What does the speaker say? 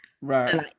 Right